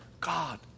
God